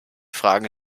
fragen